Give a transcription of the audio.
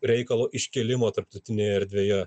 reikalo iškėlimo tarptautinėje erdvėje